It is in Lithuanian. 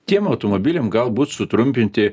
tiem automobiliam galbūt sutrumpinti